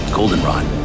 Goldenrod